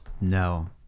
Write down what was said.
No